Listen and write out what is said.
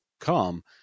come